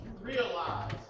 Realize